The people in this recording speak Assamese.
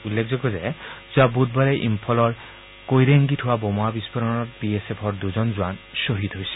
উল্লেখযোগ্য যে যোৱা বুধবাৰে পুব ইম্ফলৰ কৈৰেংগিত হোৱা বোমা বিস্ফাৰণত বি এছ এফৰ দুজন জোৱান শ্বহীদ হৈছিল